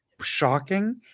shocking